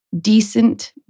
decent